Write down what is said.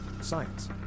Science